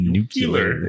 Nuclear